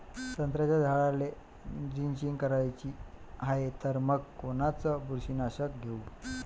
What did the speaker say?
संत्र्याच्या झाडाला द्रेंचींग करायची हाये तर मग कोनच बुरशीनाशक घेऊ?